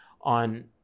on